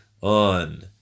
on